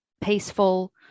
peaceful